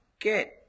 get